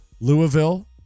Louisville